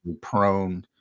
prone